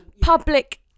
public